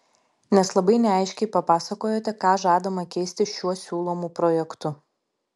nes labai neaiškiai papasakojote ką žadama keisti šiuo siūlomu projektu